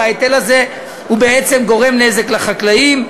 וההיטל הזה בעצם גורם נזק לחקלאים.